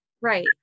Right